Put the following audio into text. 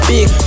Big